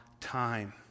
time